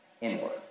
Inward